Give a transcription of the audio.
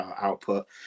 output